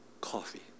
coffee